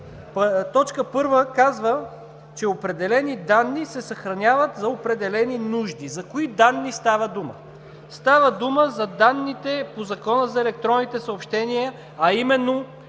Точка 1 казва, че определени данни се съхраняват за определени нужди. За кои данни става дума? Става дума за данните по Закона за електронните съобщения, а именно